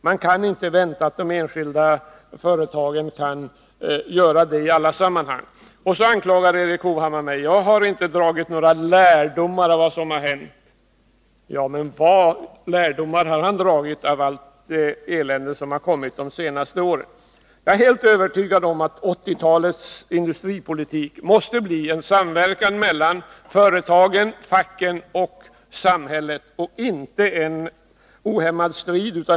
Man kan inte vänta att de enskilda företagen skall kunna göra det i alla sammanhang. Så anklagar Erik Hovhammar mig för att jag inte har dragit några lärdomar av vad som har hänt. Men vilka lärdomar har han dragit av allt det elände som har kommit de senaste åren? Jag är helt övertygad om att 1980-talets industripolitik måste innebära en samverkan mellan företagen, facken och samhället — och inte en ohämmad strid.